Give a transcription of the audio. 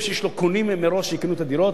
שיש לו קונים שיקנו מראש את הדירות,